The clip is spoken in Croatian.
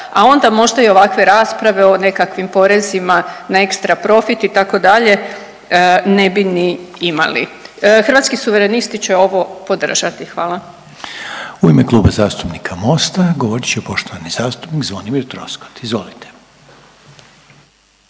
a onda možda i ovakve rasprave o nekakvim porezima na ekstraprofit, itd., ne bi ni imali. Hrvatski suverenisti će ovo podržati. Hvala. **Reiner, Željko (HDZ)** U ime Kluba zastupnika Mosta govorit će poštovani zastupnik Zvonimir Troskot, izvolite.